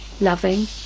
loving